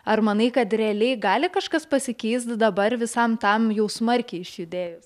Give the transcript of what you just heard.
ar manai kad realiai gali kažkas pasikeist dabar visam tam jau smarkiai išjudėjus